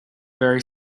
very